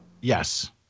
Yes